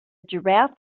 giraffe